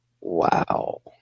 Wow